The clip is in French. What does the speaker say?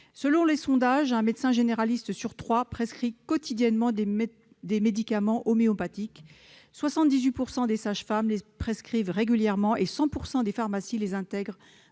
Selon les sondages, un médecin généraliste sur trois prescrit quotidiennement des médicaments homéopathiques. Les sages-femmes sont 78 % à les prescrire régulièrement et 100 % des pharmacies les intègrent